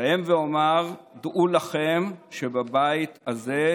אסיים ואומר: דעו לכם שבבית הזה,